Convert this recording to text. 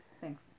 Thanks